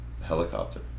helicopter